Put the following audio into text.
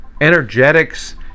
energetics